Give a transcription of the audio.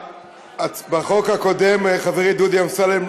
בחוק הקודם, חברי דודי אמסלם,